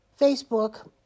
Facebook